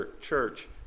church